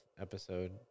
episode